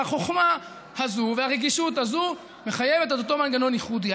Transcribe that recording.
החוכמה הזאת והרגישות הזאת מחייבות את אותו מנגנון ייחודי.